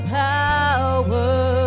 power